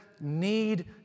need